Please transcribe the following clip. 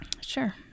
Sure